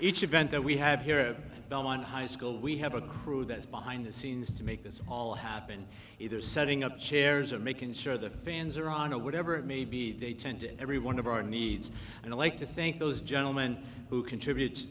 each event that we have here on high school we have a crew that is behind the scenes to make this all happen either setting up chairs or making sure the fans are on to whatever it may be they tend to every one of our needs and i like to thank those gentlemen who contribute